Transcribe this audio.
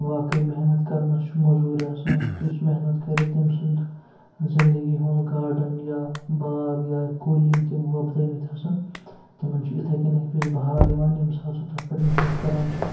واقعٕے محنت کَرنَس چھُ موزوٗرۍ آسان تہٕ یُس محنت کَرِ تٔمۍ سُنٛد زِندگی ہُنٛد گاڈَن یا باغ یا کُلۍ یِم تِم وۄپدٲومٕتۍ آسان تِمَن چھُ اِتھَے کٔنۍ أکۍ وِز بَہار یِوان ییٚمہِ ساتہٕ سُہ تَتھ پٮ۪ٹھ محنت کَران چھِ